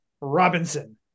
Robinson